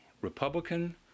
Republican